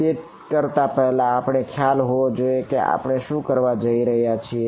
તે કરતા પહેલા આપણને ખ્યાલ હોવો જોઈએ કે આપણે શું કરવા જય રહ્યાં છીએ